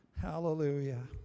Hallelujah